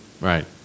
Right